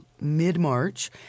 mid-March